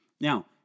Now